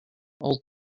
old